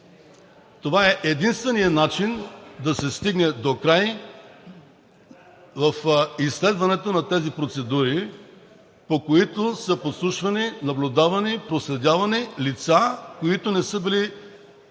Това е единственият начин да се стигне докрай в изследването на тези процедури, по които са подслушвани, наблюдавани, проследявани лица, които не са били и